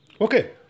Okay